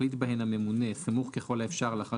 יחליט בהן הממונה סמוך ככל האפשר לאחר